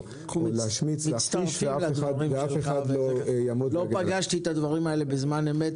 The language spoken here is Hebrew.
להשמיץ ולהכפיש ואף אחד לא יעמוד מנגד.